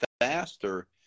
faster